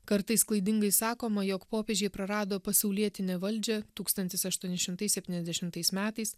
kartais klaidingai sakoma jog popiežiai prarado pasaulietinę valdžią tūkstantis aštuoni šimtai septyniasdešimtais metais